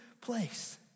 place